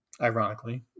ironically